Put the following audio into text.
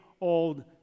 old